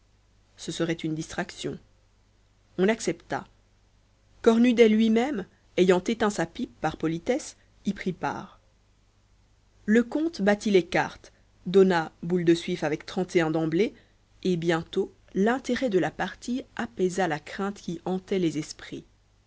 ce serait une distraction on accepta cornudet lui-même ayant éteint sa pipe par politesse y prit part le comte battit les cartes donna boule de suif avait trente et un d'emblée et bientôt l'intérêt de la partie apaisa la crainte qui hantait les esprits